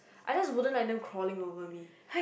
I just wouldn't like them crawling over me